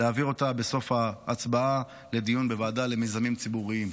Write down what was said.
ולהעביר אותה בסוף ההצבעה לדיון בוועדה למיזמים ציבוריים.